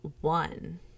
one